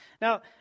Now